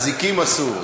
אזיקים אסור,